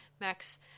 Max